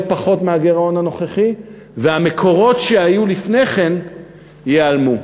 פחות מהגירעון הנוכחי והמקורות שהיו לפני כן ייעלמו.